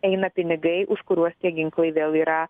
eina pinigai už kuriuos tie ginklai vėl yra